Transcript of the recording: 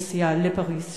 נסיעה לפריס,